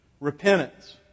repentance